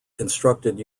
constructed